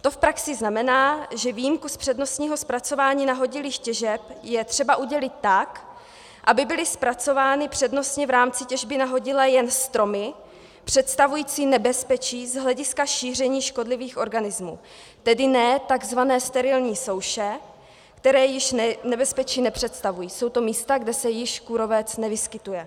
To v praxi znamená, že výjimku z přednostního zpracování nahodilých těžeb je třeba udělit tak, aby byly zpracovány přednostně v rámci těžby nahodile jen stromy představující nebezpečí z hlediska šíření škodlivých organismů, tedy ne takzvané sterilní souše, které již nebezpečí nepředstavují, jsou to místa, kde se již kůrovec nevyskytuje.